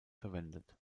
verwendet